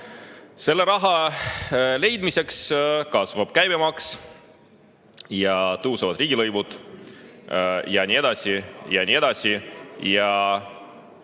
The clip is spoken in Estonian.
Selleks raha leidmiseks kasvab käibemaks, tõusevad riigilõivud ja nii edasi ja nii edasi.